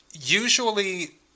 Usually